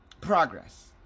progress